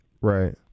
right